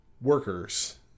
workers